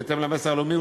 בהתאם למסר הלאומי,